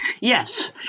Yes